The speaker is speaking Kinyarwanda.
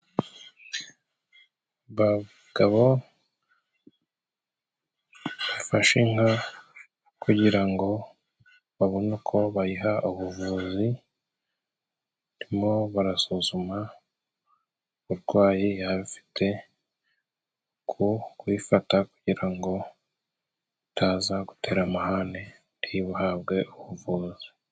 Abagabo yafashe inka kugira ngo babone uko bayiha ubuvuzi, mo barasuzuma uburwayi yaba afite. Ku kuyifata kugira ngo itazagutera amahane, niba uhabwe ubuvuzi.